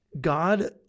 God